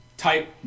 Type